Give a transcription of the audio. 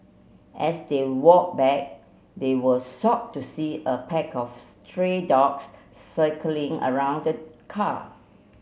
as they walked back they were shocked to see a pack of stray dogs circling around the car